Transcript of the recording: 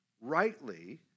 rightly